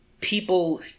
people